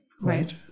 Right